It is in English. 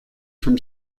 from